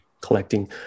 collecting